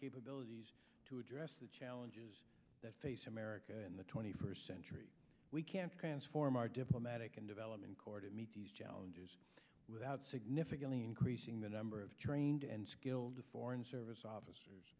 capabilities to address the challenges that face america in the twenty first century we can't transform our diplomatic and development corps to meet these challenges without significantly increasing the number of trained and skilled foreign service officers